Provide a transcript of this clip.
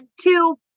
two